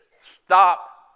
Stop